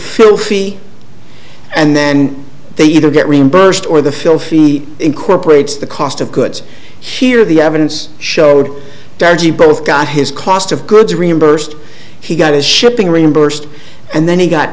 fee and then they either get reimbursed or the fill fee incorporates the cost of goods here the evidence showed dodgy both got his cost of goods reimbursed he got his shipping reimbursed and then he got